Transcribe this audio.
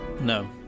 No